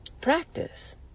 practice